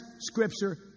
Scripture